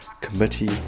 committee